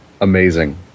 Amazing